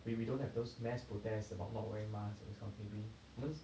we we don't have those mass protests about not wearing mask or that sort of thing